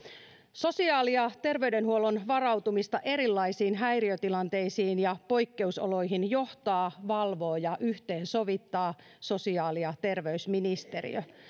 sosiaali ja terveydenhuollon varautumista erilaisiin häiriötilanteisiin ja poikkeusoloihin johtaa valvoo ja yhteensovittaa sosiaali ja terveysministeriö